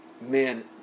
man